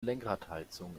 lenkradheizung